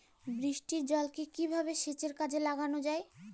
বৃষ্টির জলকে কিভাবে সেচের কাজে লাগানো য়ায়?